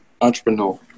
entrepreneur